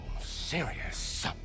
serious